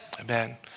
Amen